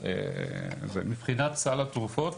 מבחינת סל התרופות,